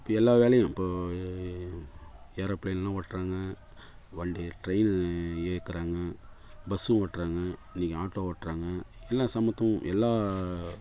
இப்போது எல்லா வேலையும் இப்போது ஏரோப்ளேன்லாம் ஓட்டுறாங்க வண்டி ட்ரைனு இயக்குகிறாங்க பஸ்ஸு ஓட்டுறாங்க இன்னைக்கு ஆட்டோ ஓட்டுறாங்க எல்லா சமத்துவம் எல்லா